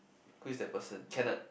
who is that person kenneth